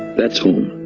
that's home,